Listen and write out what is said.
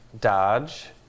Dodge